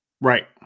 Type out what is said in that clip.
Right